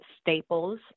staples